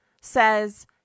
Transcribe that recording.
says